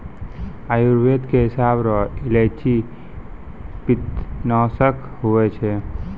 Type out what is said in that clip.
आयुर्वेद के हिसाब रो इलायची पित्तनासक हुवै छै